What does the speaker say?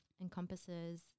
encompasses